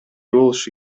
болушу